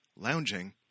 lounging